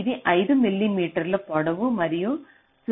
ఇది 5 మిల్లీమీటర్ల పొడవు మరియు 0